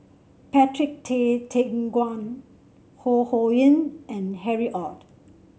Patrick Tay Teck Guan Ho Ho Ying and Harry Ord